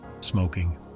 smoking